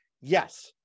Yes